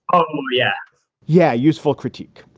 um yeah yeah. useful critique.